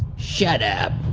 shut up,